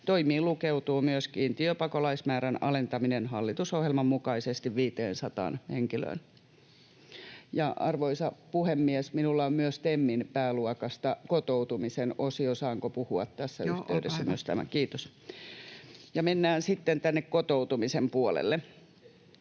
Toimiin lukeutuu myös kiintiöpakolaismäärän alentaminen hallitusohjelman mukaisesti 500 henkilöön. Arvoisa puhemies! Minulla on myös TEMin pääluokasta kotoutumisen osio. Saanko puhua tässä yhteydessä? Kiitos. — Mennään sitten kotoutumisen puolelle.